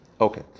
Okay